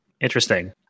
Interesting